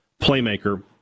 playmaker